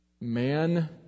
Man